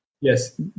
Yes